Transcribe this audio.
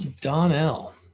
Donnell